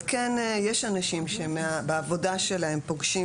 כן יש אנשים שהם בעבודה שלהם פוגשים